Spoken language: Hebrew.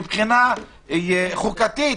מבחינה חוקתית.